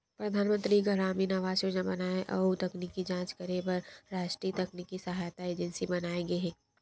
परधानमंतरी गरामीन आवास योजना बनाए अउ तकनीकी जांच करे बर रास्टीय तकनीकी सहायता एजेंसी बनाये गे हे